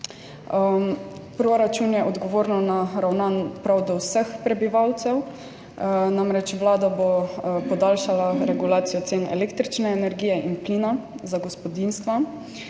Proračun je odgovorno naravnan prav do vseh prebivalcev, namreč Vlada bo podaljšala regulacijo cen električne energije in plina za gospodinjstva,